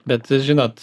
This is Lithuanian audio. bet žinot